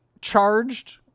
charged